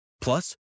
Plus